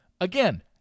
again